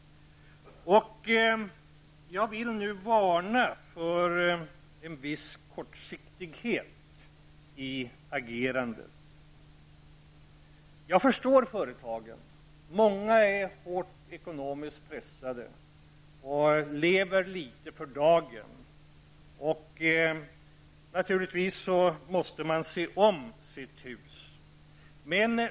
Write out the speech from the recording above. Jag vill nu varna för en viss kortsiktighet i agerandet. Jag förstår företagen, många är hårt ekonomiskt pressade och lever litet för dagen. Man måste naturligtvis se om sitt hus.